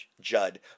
Judd